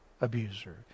abuser